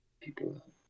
people